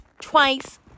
twice